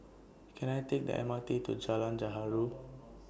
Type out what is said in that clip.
Can I Take The M R T to Jalan Gaharu